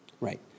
Right